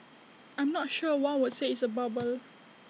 I'm not sure one would say it's A bubble